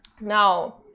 Now